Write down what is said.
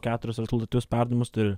keturis rezultatyvius perdavimus turi